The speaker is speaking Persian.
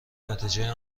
نتیجه